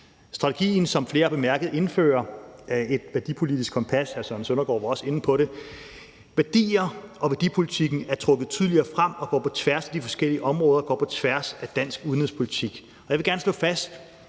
Strategien indfører, som flere har bemærket, et værdipolitisk kompas, hvilket hr. Søren Søndergaard også var inde på. Værdier og værdipolitikken er trukket tydeligere frem og går på tværs af de forskellige områder og går på tværs af dansk udenrigspolitik. Jeg vil gerne slå fast,